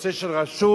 לנושא של רשות,